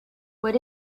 what